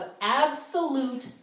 absolute